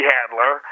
Handler